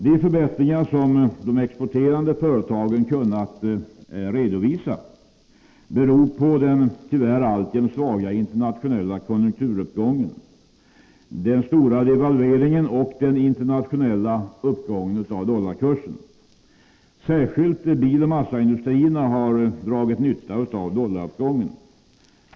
De förbättringar som de exporterande företagen kunnat redovisa beror på den tyvärr alltjämt svaga internationella konjunkturuppgången, den stora devalveringen och den internationella uppgången av dollarkursen. Särskilt biloch massaindustrierna har dragit nytta av dollaruppgången.